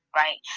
right